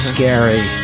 Scary